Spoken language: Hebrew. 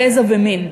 גזע ומין,